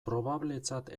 probabletzat